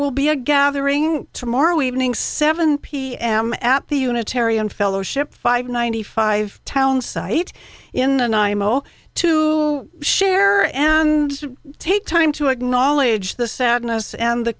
will be a gathering tomorrow evening seven pm at the unitarian fellowship five ninety five town site in the ny mo to share and take time to acknowledge the sadness and the